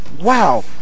Wow